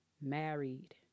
married